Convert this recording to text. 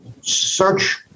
search